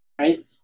right